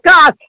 God